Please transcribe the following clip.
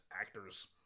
actors